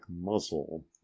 muzzle